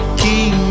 keep